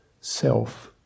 self